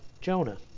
Jonah